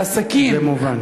והסכין, זה מובן.